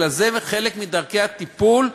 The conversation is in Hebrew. אלא זה חלק מדרכי הטיפול.